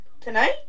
tonight